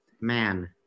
Man